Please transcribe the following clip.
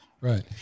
Right